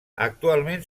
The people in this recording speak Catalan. actualment